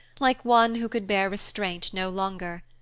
like one who could bear restraint no longer.